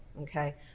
okay